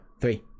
three